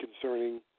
concerning